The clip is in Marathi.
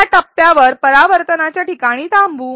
या टप्प्यावर परावर्तनाच्या ठिकाणी थांबू